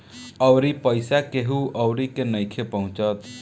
अउरी पईसा केहु अउरी के नइखे पहुचत